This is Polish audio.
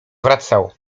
wracał